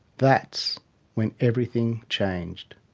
that's when everything changed.